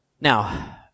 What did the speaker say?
Now